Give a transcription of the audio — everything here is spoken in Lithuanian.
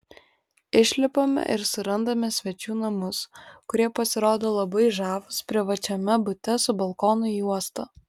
išlipame ir surandame svečių namus kurie pasirodo labai žavūs privačiame bute su balkonu į uostą